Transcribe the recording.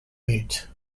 mute